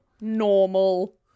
normal